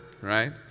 right